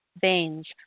veins